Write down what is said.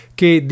che